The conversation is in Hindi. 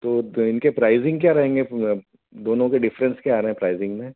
तो द इनके प्राइज़िंग क्या रहेंगे फूं अब दोनों के डिफरेंस क्या आ रहें प्राइज़िंग में